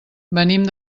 venim